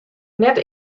net